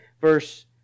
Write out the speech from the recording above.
Verse